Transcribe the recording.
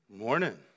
morning